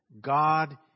God